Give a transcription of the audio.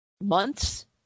months